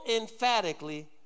emphatically